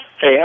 Hey